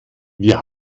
wir